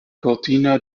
cortina